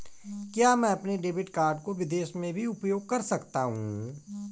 क्या मैं अपने डेबिट कार्ड को विदेश में भी उपयोग कर सकता हूं?